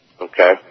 Okay